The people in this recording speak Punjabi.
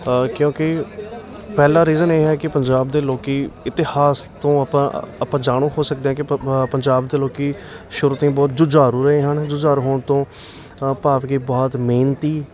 ਕਿਉਂਕਿ ਪਹਿਲਾ ਰੀਜਨ ਇਹ ਹੈ ਕਿ ਪੰਜਾਬ ਦੇ ਲੋਕ ਇਤਿਹਾਸ ਤੋਂ ਆਪਾਂ ਆਪਾਂ ਜਾਣੂ ਹੋ ਸਕਦੇ ਹਾਂ ਕਿ ਪ ਪੰਜਾਬ ਦੇ ਲੋਕ ਸ਼ੁਰੂ ਤੋਂ ਹੀ ਬਹੁਤ ਜੁਝਾਰੂ ਰਹੇ ਹਨ ਜੁਝਾਰੂ ਹੋਣ ਤੋਂ ਭਾਵ ਕਿ ਬਹੁਤ ਮਿਹਨਤੀ